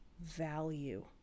value